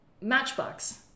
matchbox